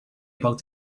about